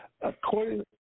according